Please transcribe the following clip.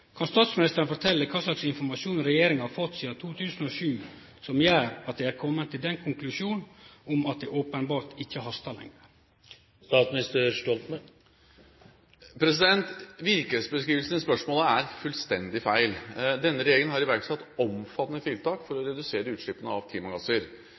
Kan statsministeren fortelje kva slags informasjon regjeringa har fått sidan 2007, som gjer at ho er komen til den konklusjonen at det openbert ikkje hastar lenger? Virkelighetsbeskrivelsen i spørsmålet er fullstendig feil. Denne regjeringen har iverksatt omfattende tiltak for å